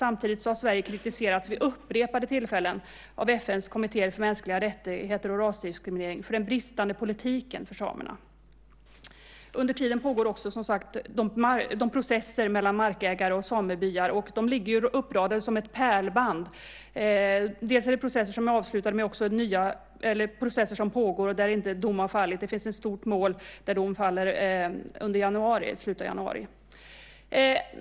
Samtidigt har Sverige kritiserats vid upprepade tillfällen av FN:s kommitté för mänskliga rättigheter och rasdiskriminering för den bristande politiken för samerna. Under tiden pågår, som sagt, processer mellan markägare och samebyar. De ligger uppradade som ett pärlband. Dels är det processer som är avslutade, dels processer som pågår där dom inte har fallit. Det finns ett stort mål där dom faller i slutet av januari.